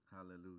Hallelujah